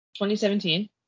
2017